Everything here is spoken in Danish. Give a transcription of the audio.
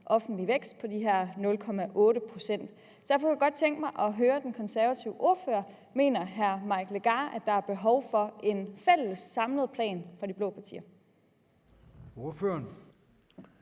offentlige på de her 0,8 pct. Derfor kunne jeg godt tænke mig at høre den konservative ordfører, hr. Mike Legarth, om han mener, der er behov for en fælles, samlet plan for de blå partier. Kl.